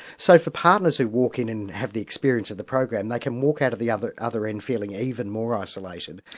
so for partners who walk in and have the experience of the program, they can walk out at the other other end feeling even more isolated.